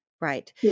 Right